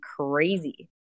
crazy